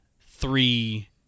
three